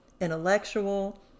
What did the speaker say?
intellectual